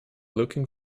looking